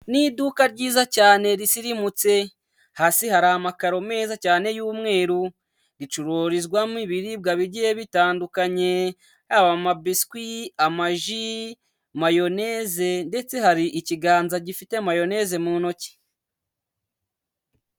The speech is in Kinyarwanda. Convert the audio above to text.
Ni iduka ryiza cyane risirimutse, hasi hari amakaro meza cyane y'umweru, ricururizwamo ibiribwa bigiye bitandukanye, haba amabiswi, amaji, mayoneze ndetse hari ikiganza gifite mayoneze mu ntoki.